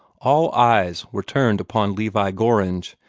all eyes were turned upon levi gorringe,